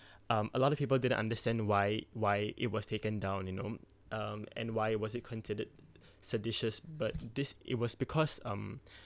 um a lot of people didn't understand why why it was taken down you know um and why was it considered seditious but this it was because um